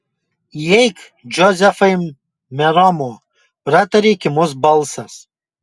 įeik džozefai meromo pratarė kimus balsas